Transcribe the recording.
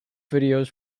videos